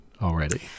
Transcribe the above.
already